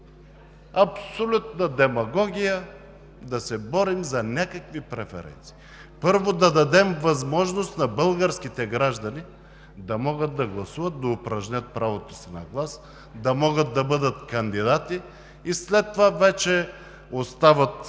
абсолютна демагогия е да се борим за някакви преференции. Първо да дадем възможност на българските граждани да могат да гласуват, да упражнят правото си на глас, да могат да бъдат кандидати и след това вече остават